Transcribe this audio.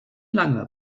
lange